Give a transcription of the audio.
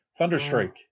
Thunderstrike